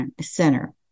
Center